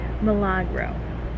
milagro